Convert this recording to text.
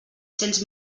cents